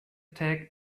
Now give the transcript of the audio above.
tag